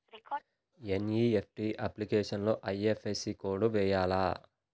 NEFT అప్లికేషన్లో IFSC code వేయాలా?